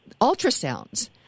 ultrasounds